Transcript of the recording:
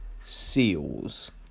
SEALs